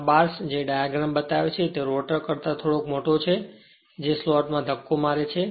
આ બાર્સ જે ડાયાગ્રામ બતાવે છે તે રોટર કરતા થોડો મોટો છે જે સ્લોટ માં ધક્કો મારે છે